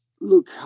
look